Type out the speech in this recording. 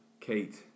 Kate